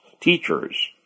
teachers